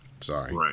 Sorry